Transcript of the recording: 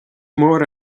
mór